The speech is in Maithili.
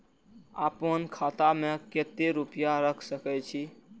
आपन खाता में केते रूपया रख सके छी?